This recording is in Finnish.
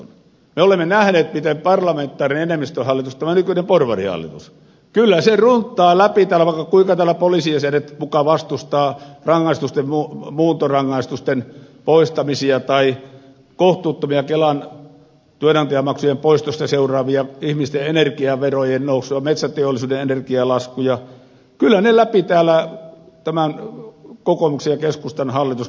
me olemme nähneet miten parlamentaarinen enemmistöhallitus tämä nykyinen porvarihallitus kyllä runttaa läpi täällä vaikka kuinka täällä poliisijäsenet muka vastustavat rangaistusten muuntorangaistusten poistamisia tai kritisoidaan kohtuuttomia kelan työnantajamaksujen poistosta seuraavia ihmisten energiaverojen nousuja metsäteollisuuden energialaskuja tämä kokoomuksen ja keskustan hallitus kansanedustajineen